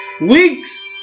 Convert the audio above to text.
Weeks